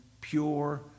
pure